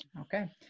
Okay